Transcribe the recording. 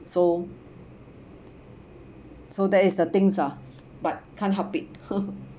so so that is the things ah but can't help it